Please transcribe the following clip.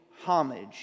homage